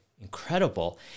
incredible